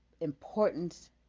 importance